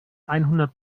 einhundert